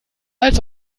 als